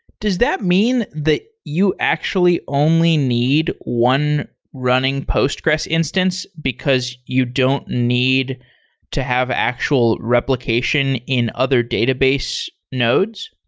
does that mean that you actually only need one running postgres instance because you don't need to have actual replication in other database nodes?